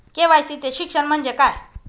KYC चे शिक्षण म्हणजे काय?